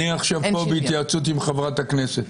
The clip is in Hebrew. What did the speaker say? אני עכשיו פה בהתייעצות עם חברת הכנסת.